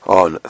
on